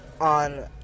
On